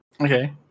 Okay